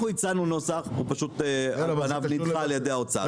אנחנו הצענו נוסח, הוא פשוט נדחה על ידי האוצר.